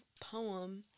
poem